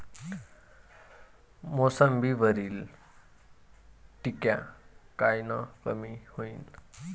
मोसंबीवरील डिक्या कायनं कमी होईल?